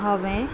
हांवें